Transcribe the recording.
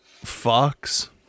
fox